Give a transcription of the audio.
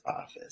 office